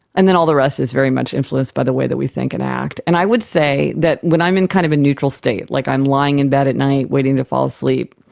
and then all the rest is very much influenced by the way we think and act. and i would say that when i'm in kind of a neutral state, like i'm lying in bed at night, waiting to fall asleep,